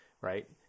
right